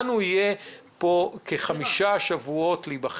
יהיו לנו כחמישה שבועות שבהם נוכל